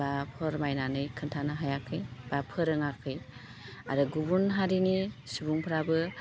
बा फोरमायनानै खोन्थानो हायाखै बा फोरोङाखै आरो गुबुन हारिनि सुबुंफ्राबो